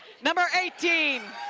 number eighteen,